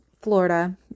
Florida